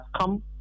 come